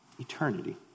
Eternity